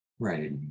Right